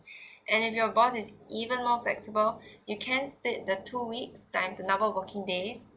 and if your boss is even more flexible you can split the two week time another working days